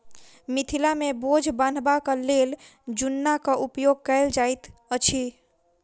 मिथिला मे बोझ बन्हबाक लेल जुन्नाक उपयोग कयल जाइत अछि